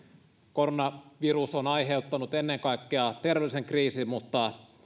koronavirus on aiheuttanut ennen kaikkea terveydellisen kriisin mutta